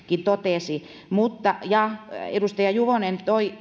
totesi edustaja juvonen